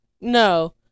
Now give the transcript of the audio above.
No